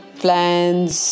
plans